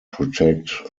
protect